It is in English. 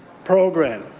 program.